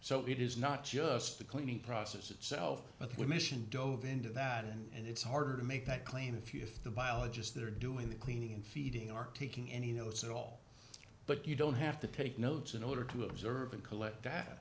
so it is not just the cleaning process itself but the emission dove into that and it's harder to make that claim if you if the biologists there doing the cleaning and feeding are taking any notes at all but you don't have to take notes in order to observe and collect